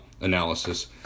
analysis